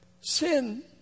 Sin